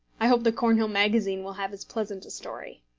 i hope the cornhill magazine will have as pleasant a story.